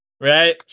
right